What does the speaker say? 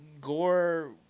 Gore